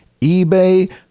eBay